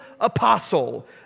apostle